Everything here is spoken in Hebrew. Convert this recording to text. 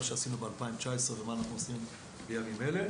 שעשינו ב-2019 ומה אנחנו עושים בימים אלה.